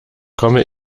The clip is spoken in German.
komme